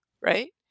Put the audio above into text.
right